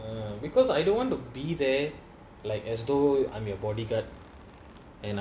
um because I don't want to be there like as though I'm your bodyguard